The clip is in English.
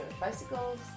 bicycles